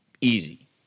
Easy